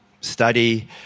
study